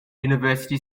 university